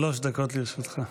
שלוש דקות לרשותך.